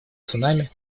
цунами